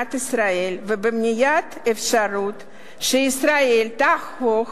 במדינת ישראל ובמניעת אפשרות שישראל תהפוך,